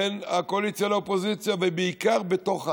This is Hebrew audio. בין הקואליציה לאופוזיציה ובעיקר בתוך העם.